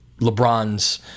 LeBron's